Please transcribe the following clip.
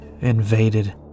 invaded